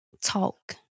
talk